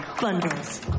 Bundles